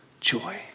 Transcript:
joy